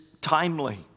timely